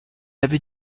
avait